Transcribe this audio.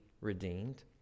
redeemed